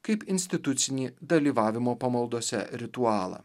kaip institucinį dalyvavimo pamaldose ritualą